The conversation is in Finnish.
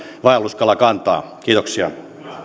vaelluskalakantaa kiitoksia